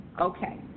Okay